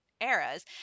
eras